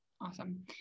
Awesome